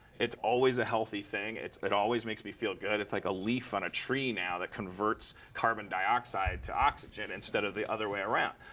it's always a healthy thing. it always makes me feel good. it's like a leaf on a tree, now, that converts carbon dioxide to oxygen, instead of the other way around.